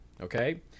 Okay